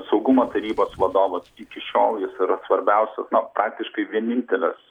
saugumo tarybos vadovas iki šiol jis yra svarbiausias na praktiškai vienintelės